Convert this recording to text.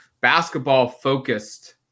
basketball-focused